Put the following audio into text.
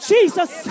Jesus